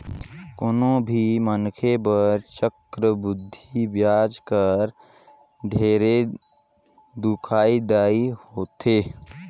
कोनो भी मनखे बर चक्रबृद्धि बियाज हर ढेरे दुखदाई होथे